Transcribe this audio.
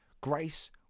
Grace